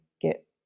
get